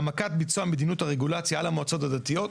העמקת ביצוע מדיניות הרגולציה על המועצות הדתיות.